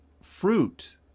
fruit